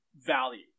value